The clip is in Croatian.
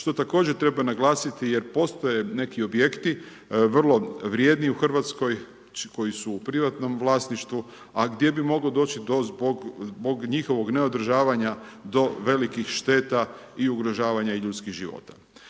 što također treba naglasiti jer postoje neki objekti, vrlo vrijedni u Hrvatskoj, koji su u privatnom vlasništvu, a gdje bi moglo doći zbog njihovog neodržavanja, do velikih šteta i ugrožavanja ljudskih života.